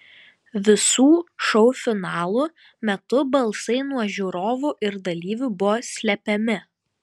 visų šou finalų metu balsai nuo žiūrovų ir dalyvių buvo slepiami